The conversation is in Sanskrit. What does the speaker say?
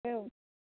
एवं